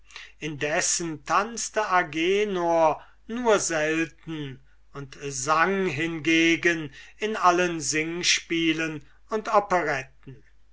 indessen tanzte agenor nur selten und sang hingegen in allen singspielen und operetten